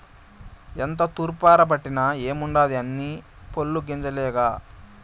ఎంత తూర్పారబట్టిన ఏముండాది అన్నీ పొల్లు గింజలేగా